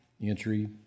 entry